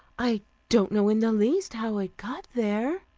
i don't know in the least how it got there